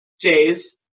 jays